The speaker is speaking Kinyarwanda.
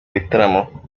bitaramo